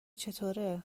چطوره